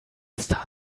start